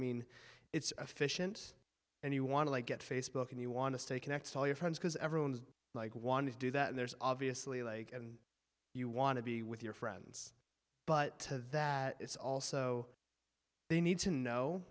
mean it's a fish and and you want to get facebook and you want to stay connected all your friends because everyone's like want to do that and there's obviously like and you want to be with your friends but that it's also they need to know